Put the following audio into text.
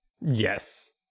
Yes